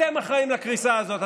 אתם אחראים לקריסה הזאת.